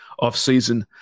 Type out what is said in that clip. offseason